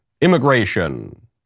immigration